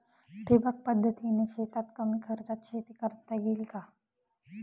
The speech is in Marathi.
ठिबक पद्धतीने शेतात कमी खर्चात शेती करता येईल का?